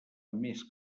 més